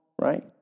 right